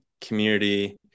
community